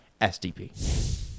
SDP